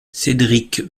cédric